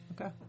Okay